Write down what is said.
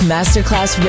Masterclass